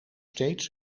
steeds